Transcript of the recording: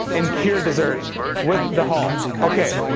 and kir dessert with the hall. ok.